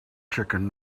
chicken